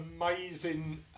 amazing